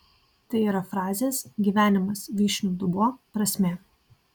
tai yra frazės gyvenimas vyšnių dubuo prasmė